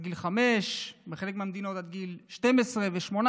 גיל 5 ובחלק מהמדינות עד גיל 12 ו-18.